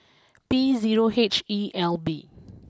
B zero H E L B